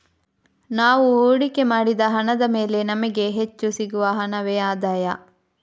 ನಾವು ಹೂಡಿಕೆ ಮಾಡಿದ ಹಣದ ಮೇಲೆ ನಮಿಗೆ ಹೆಚ್ಚು ಸಿಗುವ ಹಣವೇ ಆದಾಯ